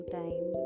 time